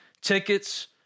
tickets